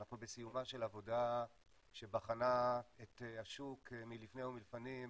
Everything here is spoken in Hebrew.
אנחנו בסיומה של עבודה שבחנה את השוק מלפני ומלפנים בפירוט,